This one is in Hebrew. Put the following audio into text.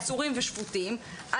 עצורים ושפוטים,